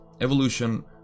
evolution